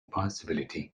possibility